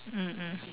mm mm